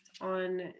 on